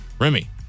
Remy